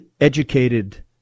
educated